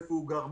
איפה הוא גר,